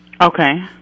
okay